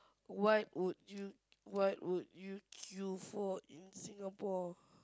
what would you what would you queue for in Singapore